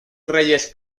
reyes